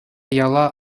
яла